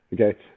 okay